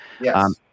Yes